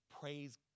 Praise